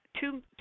two